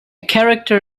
character